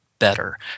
Better